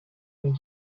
mae